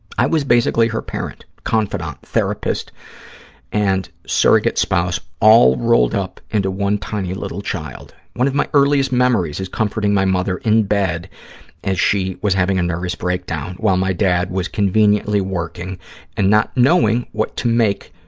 i was basically her parent, confidant, therapist and surrogate spouse all rolled up into one tiny little child. one of my earliest memories is comforting my mother in bed as she was having a nervous breakdown while my dad was conveniently working and not knowing what to make,